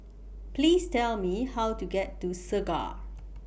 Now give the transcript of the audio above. Please Tell Me How to get to Segar